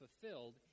fulfilled